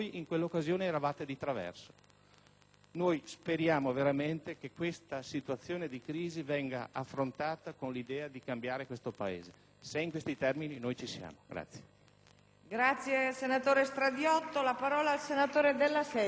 speriamo veramente che questa situazione di crisi venga affrontata con l'idea di cambiare questo Paese: se è così, noi ci siamo.